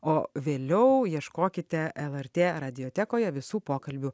o vėliau ieškokite lrt radijotekoje visų pokalbių